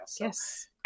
Yes